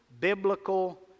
biblical